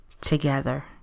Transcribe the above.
together